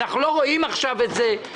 אנחנו לא רואים את זה עכשיו.